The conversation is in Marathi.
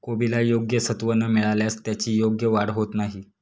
कोबीला योग्य सत्व न मिळाल्यास त्याची योग्य वाढ होत नाही